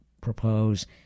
propose